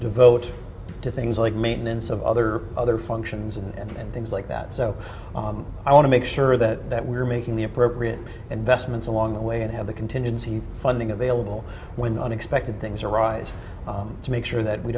devote to things like maintenance of other other functions and things like that so i want to make sure that that we're making the appropriate investments along the way and have the contingency funding available when unexpected things arise to make sure that we